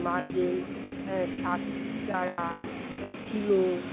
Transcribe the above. marble সাত চারা থিলো